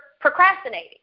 procrastinating